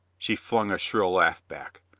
she flung a shrill laugh back.